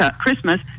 Christmas